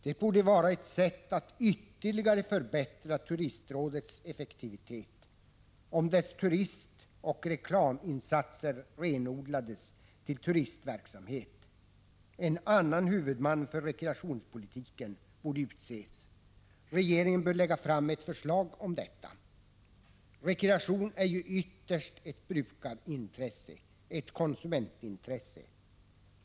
Det borde vara ett sätt att ytterligare förbättra turistrådets effektivitet, om dess turistoch reklaminsatser renodlades till turistverksamhet. En annan huvudman för rekreationspolitiken borde utses. Regeringen bör lägga fram ett förslag om detta. Rekreationen är ju ytterst ett brukarintresse, ett konsumentintresse.